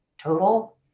total